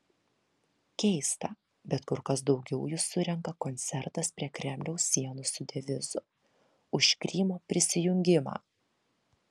keista bet kur kas daugiau jų surenka koncertas prie kremliaus sienų su devizu už krymo prisijungimą